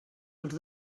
als